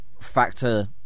factor